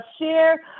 share